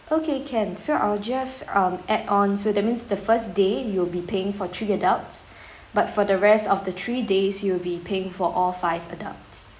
okay can so I'll just um add on so that means the first day you'll be paying for three adults but for the rest of the three days you'll be paying for all five adults